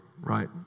right